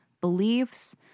beliefs